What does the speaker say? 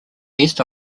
east